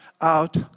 out